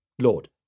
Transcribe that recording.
Lord